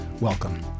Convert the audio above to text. welcome